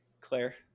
Claire